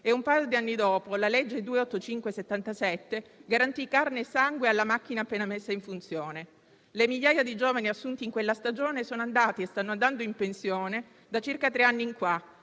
e, un paio di anni dopo, la legge n. 285 del 1977 garantì carne e sangue alla macchina appena messa in funzione. Le migliaia di giovani assunti in quella stagione sono andati e stanno andando in pensione da circa tre anni,